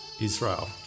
Israel